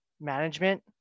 management